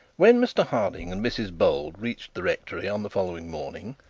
when mr harding and mrs bold reached the rectory on the following morning,